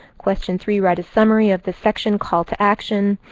question three. write a summary of the section, call to action.